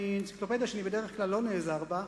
אני רוצה לקרוא לכם מאנציקלופדיה שאני בדרך כלל לא נעזר בה,